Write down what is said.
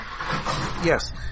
Yes